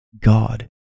God